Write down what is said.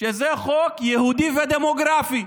שזה חוק יהודי ודמוגרפי,